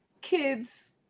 kids